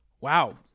Wow